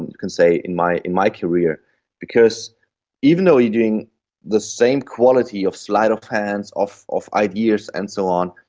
and you could say, in my in my career because even though you are doing the same quality of sleight of hand, of of ideas and so on,